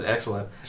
Excellent